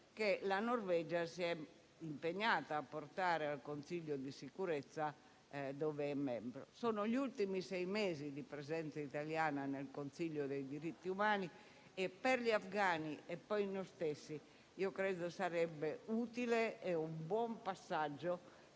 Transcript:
che la Norvegia si è impegnata a portare al Consiglio di sicurezza, di cui è membro. Sono gli ultimi sei mesi di presenza italiana nel Consiglio dei diritti umani e per gli afgani e noi stessi credo sarebbe utile e un buon passaggio